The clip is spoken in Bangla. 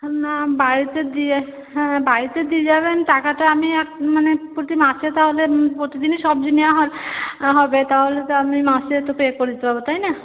না বাড়িতে দিয়ে হ্যাঁ হ্যাঁ বাড়িতে দিয়ে যাবেন টাকাটা আমি মানে প্রতি মাসে তাহলে প্রতিদিনই সবজি নেওয়া হয় হবে তাহলে তো আমি মাসে তো পে করে দিতে পারি তাই না